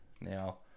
Now